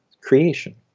creation